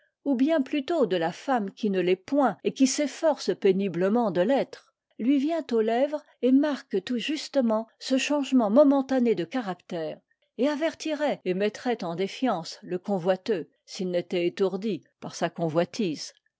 ou bien plutôt de la femme qui ne l'est point et qui s'efforce péniblement de l'être lui vient aux lèvres et marque tout justement ce changement momentané de caractère et avertirait et mettrait en défiance le convoiteux s'il n'était étourdi par sa convoitise